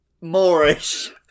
Moorish